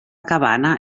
cabana